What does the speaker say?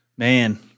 Man